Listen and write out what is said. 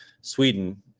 Sweden